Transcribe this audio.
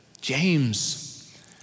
James